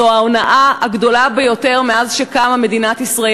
זו ההונאה הגדולה ביותר מאז קמה מדינת ישראל,